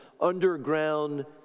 underground